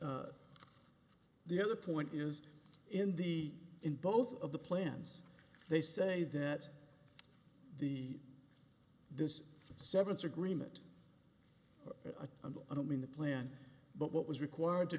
reebok the other point is in the in both of the plans they say that the this severance agreement and i don't mean the plan but what was required to